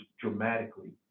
dramatically